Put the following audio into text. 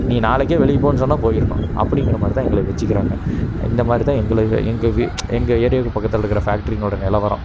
நீ நாளைக்கு வெளியே போன்னு சொன்னால் போயிடணும் அப்படிங்குற மாதிரி தான் எங்களை வச்சுக்கிறாங்க இந்தமாதிரி தான் எங்களை எங்கள் எங்கள் ஏரியாவுக்கு பக்கத்தால் இருக்கிற ஃபேக்ட்ரினோட நிலவரம்